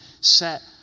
set